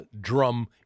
drum